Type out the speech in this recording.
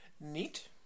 neat